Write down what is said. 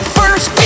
first